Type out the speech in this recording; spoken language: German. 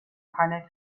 keiner